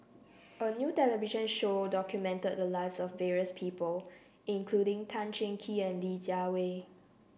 a new television show documented the lives of various people including Tan Cheng Kee and Li Jiawei